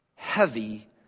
heavy